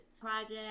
project